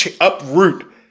uproot